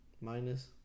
minus